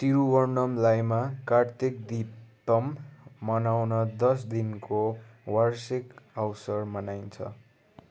तिरुवन्नमलाइमा कार्तिक दीपम् मनाउन दस दिनको वार्षिक अवसर मनाइन्छ